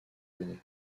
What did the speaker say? données